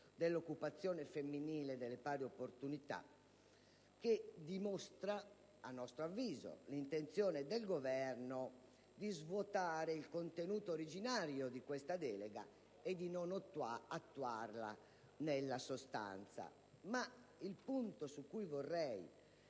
l'occupazione femminile e le pari opportunità, che dimostra, a nostro avviso, l'intenzione del Governo di svuotare il contenuto originario di questa delega e di non attuarla nella sostanza. Il punto su cui però